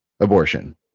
Abortion